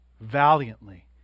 valiantly